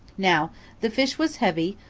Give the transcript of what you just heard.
now the fish was heavy,